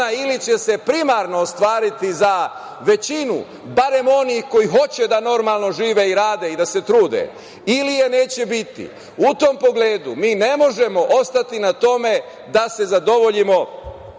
ili primarno ostvariti za većinu, barem onih koji hoće da normalno žive i rade i da se trude, ili je neće biti. U tom pogledu, mi ne možemo ostati na tome da se zadovoljimo